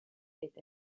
est